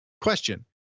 Question